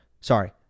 Sorry